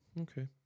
Okay